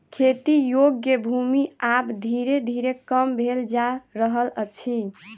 खेती योग्य भूमि आब धीरे धीरे कम भेल जा रहल अछि